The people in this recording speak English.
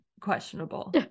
questionable